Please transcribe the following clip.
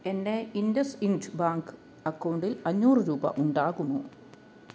എൻ്റെ IndusInd bank അക്കൗണ്ടിൽ അഞ്ഞൂറ് രൂപ ഉണ്ടാകുമോ